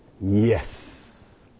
Yes